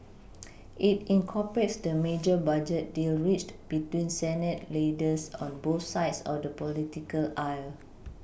it incorporates the major budget deal reached between Senate leaders on both sides of the political aisle